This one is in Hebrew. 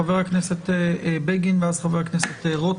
חבר הכנסת בגין, בבקשה.